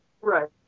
right